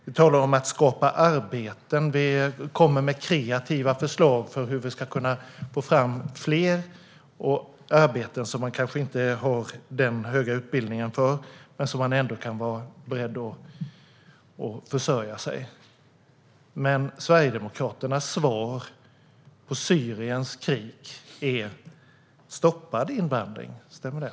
Vi talar om att skapa arbeten och kommer med kreativa förslag om hur vi ska kunna få fram fler arbeten som kanske inte kräver så hög utbildning men som ändå ger försörjning. Men Sverigedemokraternas svar på Syriens krig är stoppad invandring. Stämmer det?